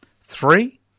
three